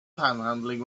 panhandling